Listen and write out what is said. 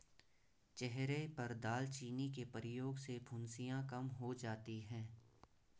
चेहरे पर दालचीनी के प्रयोग से फुंसियाँ कम हो जाती हैं